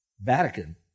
Vatican